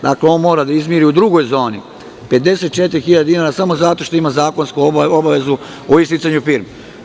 Dakle, on mora da izmiri u drugoj zoni 54.000 dinara samo zato što ima zakonsku obavezu o isticanju firme.